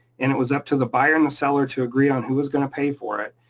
and it was up to the buyer and the seller to agree on who's gonna pay for it.